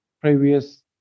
previous